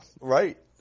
right